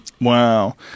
wow